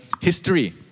history